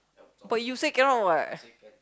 but you say cannot what